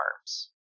arms